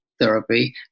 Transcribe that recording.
therapy